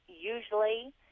usually